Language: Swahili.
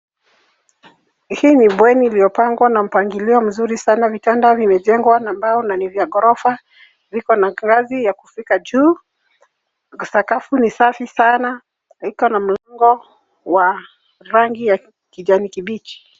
Hii ni bweni iliyopangwa na mpangilio mzuri sana. Vitanda vimejengwa kwa mbao na ni vya ghorofa. Vikona ngazi ya kufika juu. Sakafu ni safi sana. Ikona mlango wa rangi ya kijani kibichi.